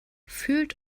fühlt